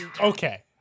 Okay